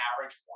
average